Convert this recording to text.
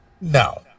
No